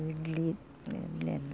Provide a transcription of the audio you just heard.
ಇಡ್ಲಿ ಇಡ್ಲಿ ಅಲ್ಲ